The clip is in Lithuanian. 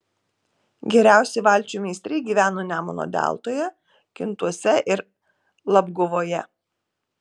geriausi valčių meistrai gyveno nemuno deltoje kintuose ir labguvoje